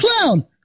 clown